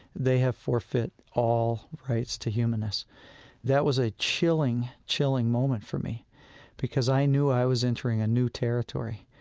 they have forfeited all rights to humanness that was a chilling, chilling moment for me because i knew i was entering a new territory.